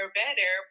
better